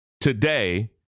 today